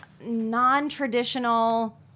non-traditional